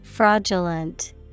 Fraudulent